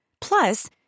Plus